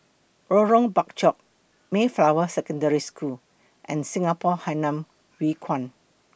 Lorong Bachok Mayflower Secondary School and Singapore Hainan Hwee Kuan